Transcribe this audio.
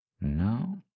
No